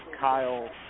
Kyle